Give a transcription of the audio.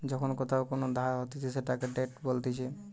যখন কোথাও কোন ধার হতিছে সেটাকে ডেট বলতিছে